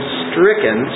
stricken